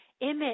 image